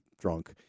drunk